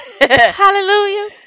hallelujah